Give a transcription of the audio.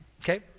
okay